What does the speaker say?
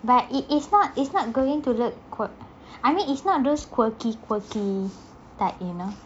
but it is not it's not going to look quirk~ I mean is not those quirky quirky type you know